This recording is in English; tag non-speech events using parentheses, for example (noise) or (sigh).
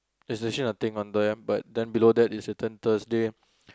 there's actually nothing on there but then below that is written Thursday (breath)